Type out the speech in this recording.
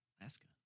Alaska